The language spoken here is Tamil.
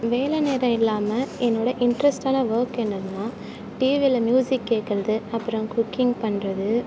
வேலை நேரோம் இல்லாமல் என்னோடய இன்ட்ரெஸ்ட்டான ஒர்க் என்னென்னா டிவியில் மியூசிக் கேட்றது அப்புறோ குக்கிங் பண்ணுறது